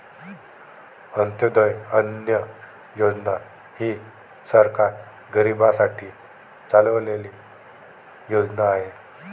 अंत्योदय अन्न योजना ही सरकार गरीबांसाठी चालवलेली योजना आहे